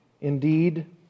indeed